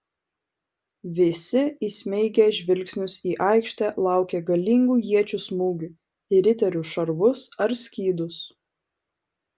visi įsmeigę žvilgsnius į aikštę laukė galingų iečių smūgių į riterių šarvus ar skydus